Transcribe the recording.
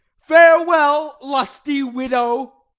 farewell, lusty widow.